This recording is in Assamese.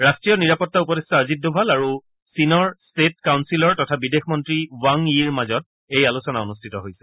ৰাষ্ট্ৰীয় নিৰাপত্তা উপদেষ্টা অজিত দোভাল আৰু চীনৰ ষ্টেট কাউঞ্চিলৰ তথা বিদেশমন্ত্ৰী বাং ইৰ মাজত এই আলোচনা অনুষ্ঠিত হৈছে